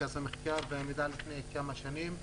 מרכז המחקר והמידע של הכנסת לפני כמה שנים,